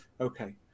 okay